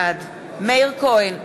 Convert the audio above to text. בעד מאיר כהן,